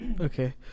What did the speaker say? okay